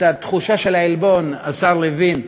את התחושה של העלבון, השר לוין,